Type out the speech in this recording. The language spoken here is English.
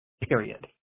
period